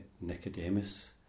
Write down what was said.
Nicodemus